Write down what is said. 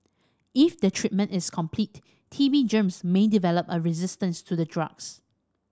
if the treatment is incomplete T B germs may develop a resistance to the drugs